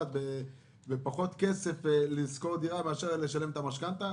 דירה בפחות כסף מאשר לשלם את המשכנתה,